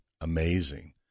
amazing